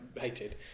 hated